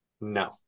No